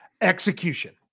execution